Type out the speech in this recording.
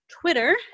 twitter